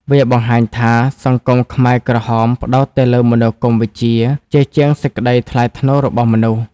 វាបង្ហាញថា សង្គមខ្មែរក្រហមផ្ដោតតែលើមនោគមវិជ្ជា ជាជាងសេចក្ដីថ្លៃថ្នូររបស់មនុស្ស។